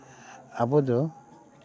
ᱟᱵᱚ ᱫᱚ